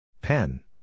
Pen